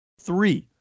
Three